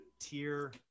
tier